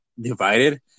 divided